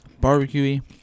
barbecuey